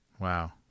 wow